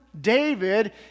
David